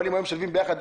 אבל אם היו משלבים ביחד,